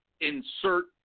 insert